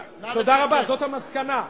תודה רבה, זאת המסקנה.